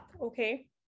okay